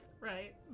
right